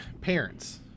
parents